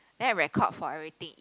then a record for everything eat